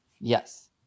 Yes